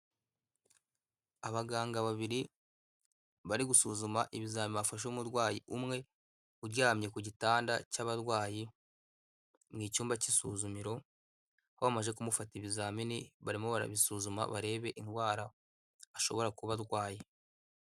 Abaganga babiri bari gusuzuma ibizamini bafashe umurwayi umwe uryamye ku gitanda cy'abarwayi, mu cyumba k'isuzumiro aho bamaze kumufata ibizamini barimo barabisuzuma barebe indwara ashobora kuba arwaye.